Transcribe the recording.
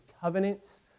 covenants